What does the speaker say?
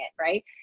right